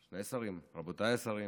שני שרים, רבותיי השרים,